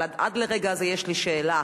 עד לרגע זה יש לי שאלה,